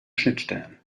schnittstellen